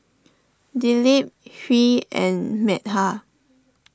Dilip Hri and Medha